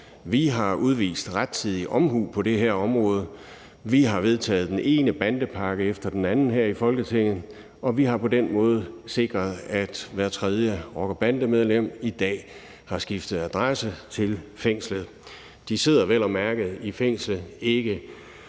Vi har udvist rettidig omhu på det her område. Vi har vedtaget den ene bandepakke efter den anden her i Folketinget, og vi har på den måde sikret, at hver tredje rocker- eller bandemedlem i dag har udskiftet adresse til fængslet. De sidder vel at mærke ikke i fængsel i